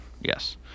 Yes